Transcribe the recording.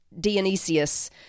Dionysius